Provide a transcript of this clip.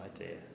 idea